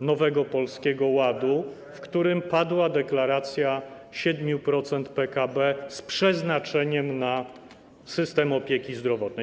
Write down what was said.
Nowego Polskiego Ładu, w którym padła deklaracja 7% PKB z przeznaczeniem na system opieki zdrowotnej.